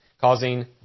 causing